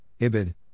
Ibid